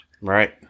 Right